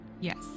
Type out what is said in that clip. Yes